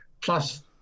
plus